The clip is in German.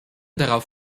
darauf